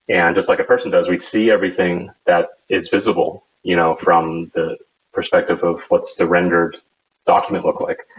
and just like a person does, we'd see everything that is visible you know from the perspective of what's the rendered document look like.